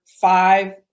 five